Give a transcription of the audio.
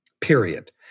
period